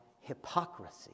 hypocrisy